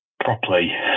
properly